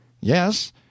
Yes